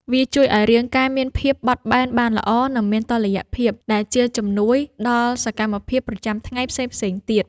វាជួយឱ្យរាងកាយមានភាពបត់បែនបានល្អ និងមានតុល្យភាព ដែលជាជំនួយដល់សកម្មភាពប្រចាំថ្ងៃផ្សេងៗទៀត។